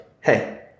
hey